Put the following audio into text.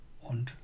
und